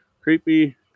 Creepy